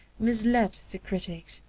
misled the critics,